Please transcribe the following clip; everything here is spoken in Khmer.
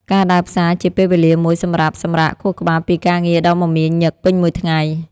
ការដើរផ្សារជាពេលវេលាមួយសម្រាប់សម្រាកខួរក្បាលពីការងារដ៏មមាញឹកពេញមួយថ្ងៃ។